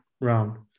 round